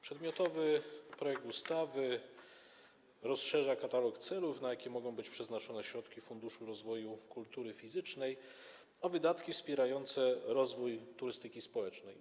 Przedmiotowy projekt ustawy rozszerza katalog celów, na jakie mogą być przeznaczone środki Funduszu Rozwoju Kultury Fizycznej, o wydatki wspierające rozwój turystyki społecznej.